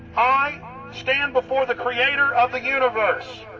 i stand before the creator of the universe,